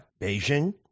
Beijing